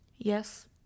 yes